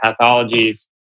pathologies